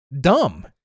dumb